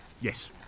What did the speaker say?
Yes